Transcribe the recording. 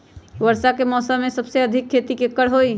वर्षा के मौसम में सबसे अधिक खेती केकर होई?